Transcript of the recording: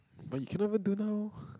or you can't even do now